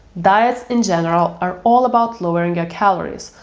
diets in general are all about lowering your calories,